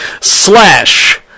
slash